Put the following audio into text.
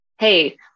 hey